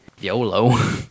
YOLO